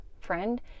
friend